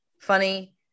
funny